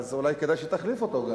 אז אולי כדאי שתחליף אותו.